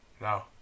No